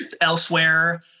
elsewhere